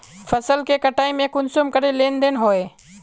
फसल के कटाई में कुंसम करे लेन देन होए?